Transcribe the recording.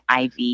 iv